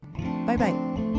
Bye-bye